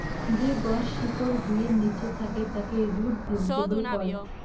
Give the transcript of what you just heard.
যে গছ শিকড় ভুঁইয়ের নিচে থাকে তাকে রুট ভেজিটেবল কয়